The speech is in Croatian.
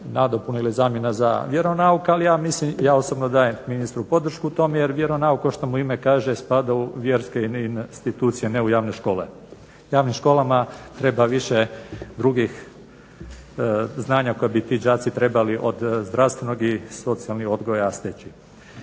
nadopuna ili zamjena za vjeronauk. Ali ja osobno dajem podršku ministru u tome jer vjeronauk kao što mu ime kaže spada u vjerske institucije ne u javne škole. Javnim školama treba više drugih znanja koja bi ti đaci trebali od zdravstvenog i socijalni odgoj steći.